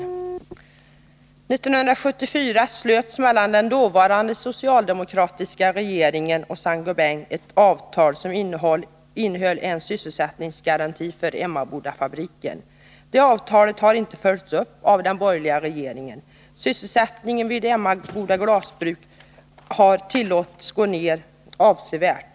1974 slöts mellan den dåvarande socialdemokratiska regeringen och Saint-Gobain ett avtal som innehöll en sysselsättningsgaranti för Emmabodafabriken. Det avtalet har inte följts upp av de borgerliga regeringarna. Sysselsättningen vid Emmaboda Glasverk har tillåtits gå ned avsevärt.